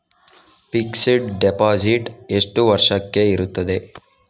Fixed deposit ಎಷ್ಟು ವರ್ಷಕ್ಕೆ ಇರುತ್ತದೆ?